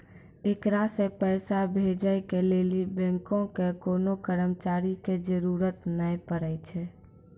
एकरा से पैसा भेजै के लेली बैंको के कोनो कर्मचारी के जरुरत नै पड़ै छै